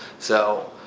so,